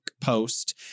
post